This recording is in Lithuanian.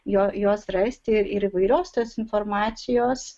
juo juos rasti ir įvairios tos informacijos